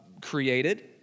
created